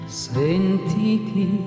sentiti